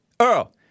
Earl